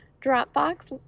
dropbox,